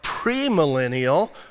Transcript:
pre-millennial